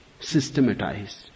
systematized